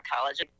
college